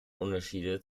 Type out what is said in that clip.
unterschiede